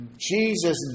Jesus